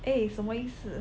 eh 什么意思